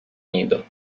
nido